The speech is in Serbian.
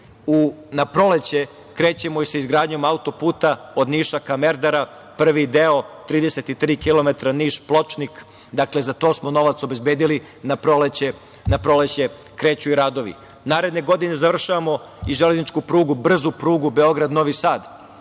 Na proleće krećemo i sa izgradnjom autoputa od Niša ka Merdaru, prvi deo 33 kilometra, Niš-Pločnik. Dakle, za to smo novac obezbedili, na proleće kreću i radovi. Naredne godine završavamo i železničku prugu, brzu prugu Beograd-Novi Sad.